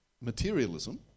materialism